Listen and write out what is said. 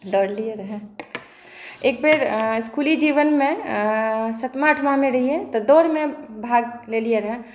दौड़लिए रहै एकबेर इसकुली जीवनमे सतमा अठमामे रहिए तऽ दौड़मे भाग लेलिए रहै